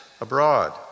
abroad